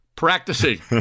practicing